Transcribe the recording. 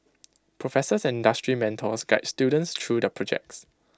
professors and industry mentors guide students through their projects